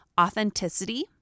Authenticity